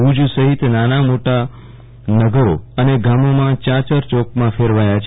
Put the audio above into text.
ભજ સહિત નાના મોટાં નગરો અને ગામો ચાચર ચોકમાં ફરવયા છે